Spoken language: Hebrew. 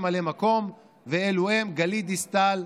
ואלו הם: גלית דיסטל,